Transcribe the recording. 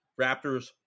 Raptors